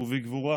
ובגבורה